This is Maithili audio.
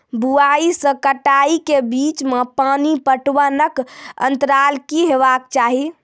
बुआई से कटाई के बीच मे पानि पटबनक अन्तराल की हेबाक चाही?